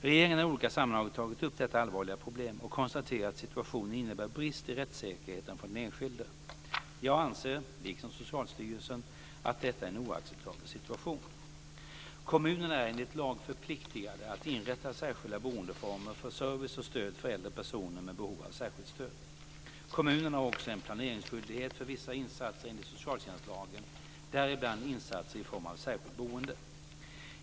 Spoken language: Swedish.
Regeringen har i olika sammanhang tagit upp detta allvarliga problem och konstaterat att situationen innebär brister i rättssäkerheten för den enskilde. Jag anser, liksom Socialstyrelsen, att detta är en oacceptabel situation. Kommunerna är enligt lag förpliktade att inrätta särskilda boendeformer för service och stöd för äldre personer med behov av särskilt stöd. Kommunerna har också en planeringsskyldighet för vissa insatser enligt socialtjänstlagen, däribland insatser i form av särskilt boende.